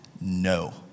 No